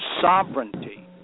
sovereignty